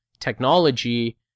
technology